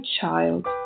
child